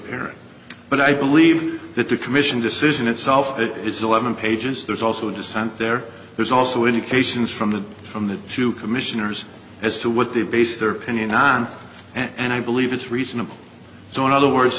parent but i believe that the commission decision itself that it's eleven pages there's also dissent there there's also indications from the from the two commissioners as to what they base their opinion on and i believe it's reasonable so in other words